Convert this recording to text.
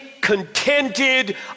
contented